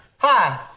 hi